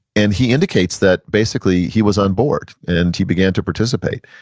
and he indicates that basically he was onboard, and he began to participate.